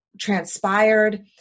transpired